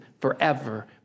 forever